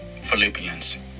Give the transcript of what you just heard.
Philippians